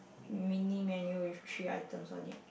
mini menu with three items on it